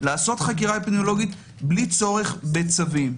לעשות חקירה אפידמיולוגית בלי צורך בצווים.